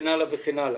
וכן הלאה וכן הלאה.